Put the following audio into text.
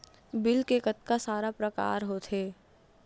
Bill के कतका सारा प्रकार होथे?